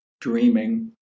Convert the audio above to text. dreaming